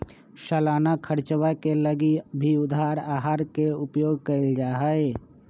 सालाना खर्चवा के लगी भी उधार आहर के ही उपयोग कइल जाहई